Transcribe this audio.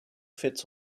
fits